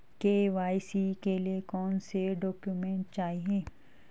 KYC के लिए कौनसे डॉक्यूमेंट चाहिये?